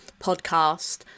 podcast